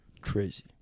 Crazy